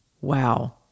wow